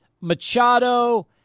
Machado